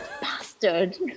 Bastard